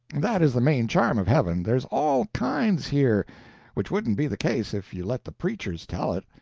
that is the main charm of heaven there's all kinds here which wouldn't be the case if you let the preachers tell it.